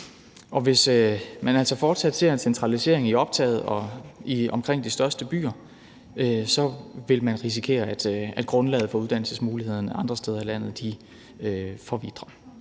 Og hvis man fortsat ser en centralisering i optaget omkring de største byer, vil man risikere, at grundlaget for uddannelsesmuligheder andre steder i landet forvitrer,